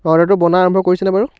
অৰ্ডাৰটো বনা আৰম্ভ কৰিছেনে বাৰু